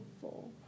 full